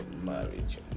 marriage